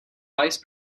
vice